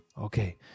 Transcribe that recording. Okay